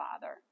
Father